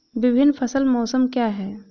विभिन्न फसल मौसम क्या हैं?